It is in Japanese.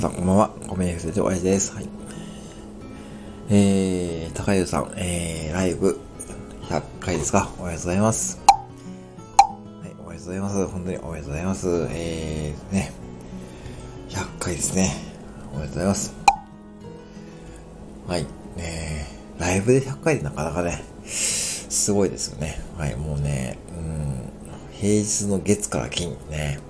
さん、こんばんは。ごめんね、忘れて、おやじです。はい。えー、高井さん、えー、ライブ、100回ですか？おめでとうございます。はい、おめでとうございます。本当におめでとうございます。えー、ね。100回ですね。おめでとうございます。はい。ねー、ライブで100回でなかなかね、すごいですよね。はい、もうね、うん、平日の月から金、ね。